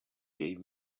gave